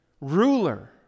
Ruler